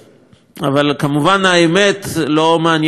אבל כמובן האמת לא מעניינת אף אחד.